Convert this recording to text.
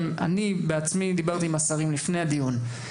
אני בעצמי דיברתי עם השרים לפני הדיון.